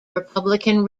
republican